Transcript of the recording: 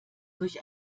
durch